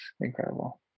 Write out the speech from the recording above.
incredible